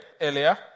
earlier